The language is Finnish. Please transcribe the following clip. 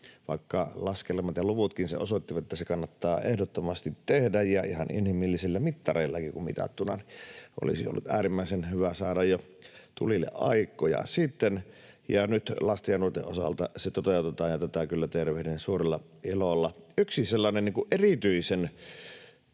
vaikka laskelmat ja luvutkin sen osoittivat, että se kannattaa ehdottomasti tehdä, ja ihan inhimillisillä mittareillakin mitattuna se olisi ollut äärimmäisen hyvä saada tulille jo aikoja sitten. Nyt lasten ja nuorten osalta se toteutetaan, ja tätä kyllä tervehdin suurella ilolla. Yksi sellainen erityisen